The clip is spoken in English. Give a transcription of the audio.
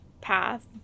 path